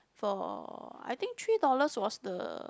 for I think three dollars was the